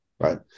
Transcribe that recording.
right